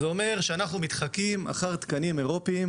זה אומר שאנחנו מתחקים אחר תקנים אירופיים,